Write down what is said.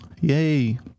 Yay